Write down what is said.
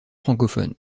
francophones